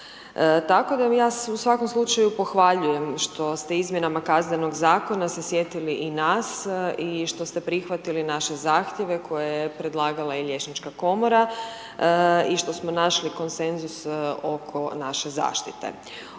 Tako da ja u svakom slučaju pohvaljujem što ste izmjenama Kaznenog zakona se sjetili i nas i što ste prihvatili naše zahtjeve koje je predlagala i liječnička komora i što smo našli konsenzus oko naše zaštite.